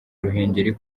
ruhengeri